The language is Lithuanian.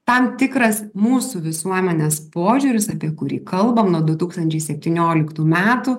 tam tikras mūsų visuomenės požiūris apie kurį kalbam nuo du tūkstančiai septynioliktų metų